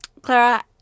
Clara